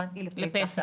התכוונתי לפסח.